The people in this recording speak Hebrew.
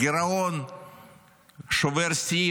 הגירעון שובר שיא,